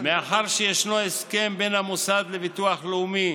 מאחר שישנו הסכם בין המוסד לביטוח לאומי